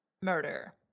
murder